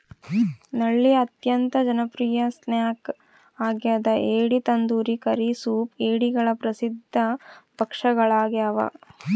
ನಳ್ಳಿ ಅತ್ಯಂತ ಜನಪ್ರಿಯ ಸ್ನ್ಯಾಕ್ ಆಗ್ಯದ ಏಡಿ ತಂದೂರಿ ಕರಿ ಸೂಪ್ ಏಡಿಗಳ ಪ್ರಸಿದ್ಧ ಭಕ್ಷ್ಯಗಳಾಗ್ಯವ